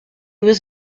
was